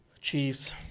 Chiefs